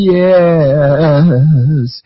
yes